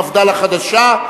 מפד"ל החדשה.